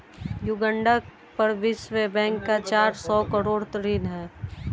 Uganda पर विश्व bank का चार सौ करोड़ ऋण है